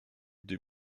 deux